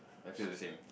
I feel the same